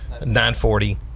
940